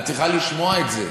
את צריכה לשמוע את זה.